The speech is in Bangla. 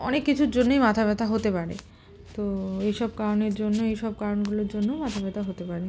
অনেক কিছুর জন্যেই মাথা ব্যথা হতে পারে তো এসব কারণের জন্য এসব কারণগুলির জন্যও মাথা ব্যথা হতে পারে